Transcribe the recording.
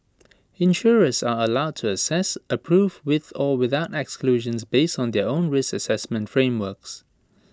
insurers are allowed to assess approve with or without exclusions based on their own risk Assessment frameworks